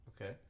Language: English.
Okay